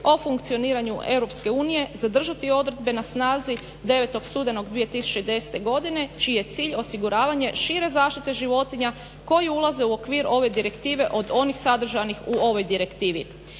o funkcioniranju EU zadržati odredbe na snazi 9. studenog 2010. godine čiji je cilj osiguravanje šire zaštite životinja koji ulaze u okvir ove Direktive od onih sadržanih u ovoj Direktivi.